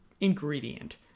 ingredient